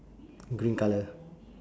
green colour